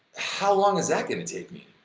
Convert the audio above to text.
how long is that gonna take me?